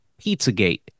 Pizzagate